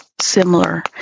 similar